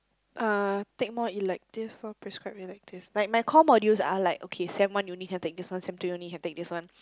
uh take more electives orh prescribed electives like my core modules are like okay sem one you only can take this one sem two you only can take this one